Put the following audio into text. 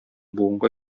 буынга